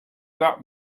that